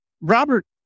Robert